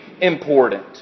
important